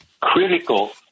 critical